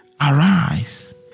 Arise